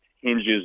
hinges